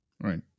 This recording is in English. Right